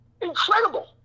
Incredible